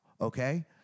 okay